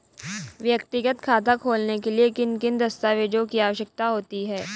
व्यक्तिगत खाता खोलने के लिए किन किन दस्तावेज़ों की आवश्यकता होगी?